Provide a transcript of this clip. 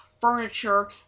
furniture